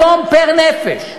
היום, פר-נפש,